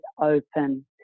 open